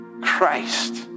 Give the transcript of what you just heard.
Christ